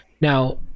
Now